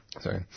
sorry